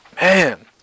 Man